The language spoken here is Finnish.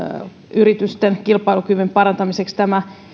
yritysten kilpailukyvyn parantamiseksi tämä